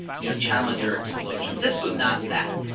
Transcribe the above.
you know, challenger explosion. this was not that.